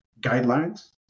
guidelines